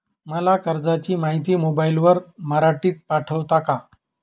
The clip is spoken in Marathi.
मला कर्जाची माहिती मोबाईलवर मराठीत पाठवता का?